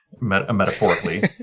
metaphorically